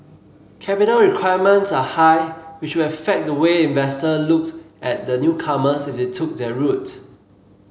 capital requirements are high which would affect the way investor looked at the newcomers if they took that route